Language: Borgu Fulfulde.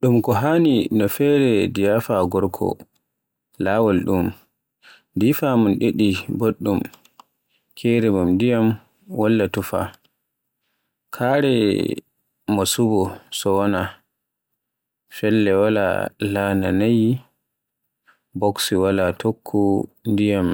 Ɗum ko honno no feere ɗiaper gorko: Laawol ɗum, ɗiaper mum ɗiɗi boɗɗum, kaare mum ndiyam walla tufa, kaare mum saabu so wonaa, pellel walla laana nayi, boksi walla tukku ndiyam